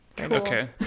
okay